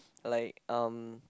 like um